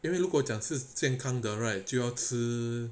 因为如果讲是健康的 right 就要吃